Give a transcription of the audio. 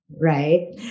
right